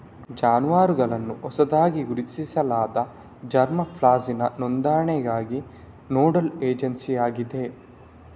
ಜಾನುವಾರುಗಳ ಹೊಸದಾಗಿ ಗುರುತಿಸಲಾದ ಜರ್ಮಾ ಪ್ಲಾಸಂನ ನೋಂದಣಿಗಾಗಿ ನೋಡಲ್ ಏಜೆನ್ಸಿಯಾಗಿದೆ